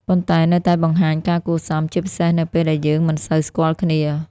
ប៉ុន្តែនៅតែបង្ហាញការគួរសម ជាពិសេសនៅពេលដែលយើងមិនសូវស្គាល់គ្នា។